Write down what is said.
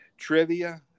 Trivia